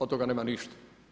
Od toga nema ništa.